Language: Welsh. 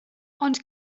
ond